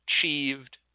achieved